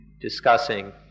discussing